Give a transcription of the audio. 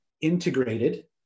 integrated